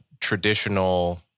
traditional